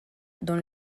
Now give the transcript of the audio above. dans